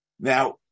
Now